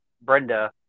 Brenda